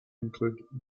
include